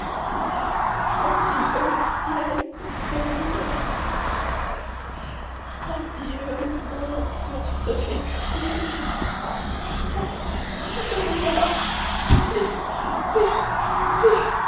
le ciel coupe de miel adieu le monde source féconde ah je me meurs